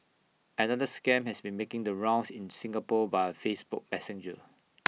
another scam has been making the rounds in Singapore via Facebook Messenger